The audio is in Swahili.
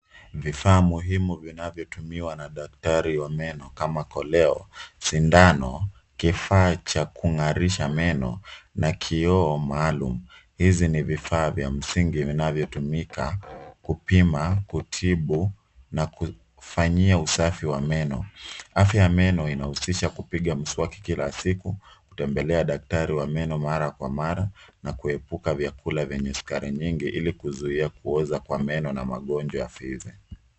Vifaa muhimu vinavyotumiwa na daktari wa meno kama koleo, sindano, kifaa cha kung'arisha meno na kioo maalum, hizi ni vifaa vinavyotumika kupima kutibu na kufanyia usafi wa meno. Afya ya meno inahusisha kupiga mswaki kila siku, kutembelea daktari wa meno mara kwa mara na kuepuka vyakula sukari nyingi ili kuzuia kuoza kwa meno na magonjwa ya fisi.